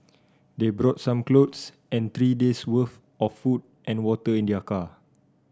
they brought some clothes and three days' worth of food and water in their car